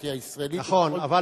בדמוקרטיה הישראלית, נכון.